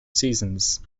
seasons